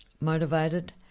motivated